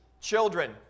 Children